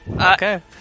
Okay